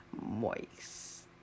Moist